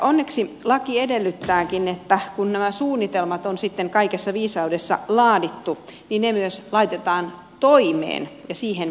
onneksi laki edellyttääkin että kun nämä suunnitelmat on sitten kaikessa viisaudessa laadittu niin ne myös laitetaan toimeen ja siihen pitää olla määräaika